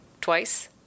twice